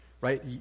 right